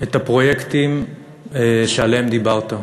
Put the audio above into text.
את הפרויקטים שעליהם דיברת,